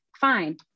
Fine